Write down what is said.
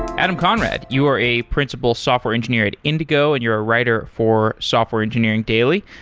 adam conrad, you are a principal software engineer at indigo and you're a writer for software engineering daily.